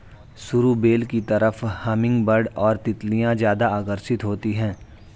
सरू बेल की तरफ हमिंगबर्ड और तितलियां ज्यादा आकर्षित होती हैं